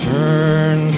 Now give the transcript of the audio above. Turn